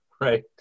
right